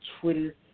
Twitter